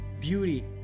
beauty